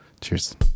Cheers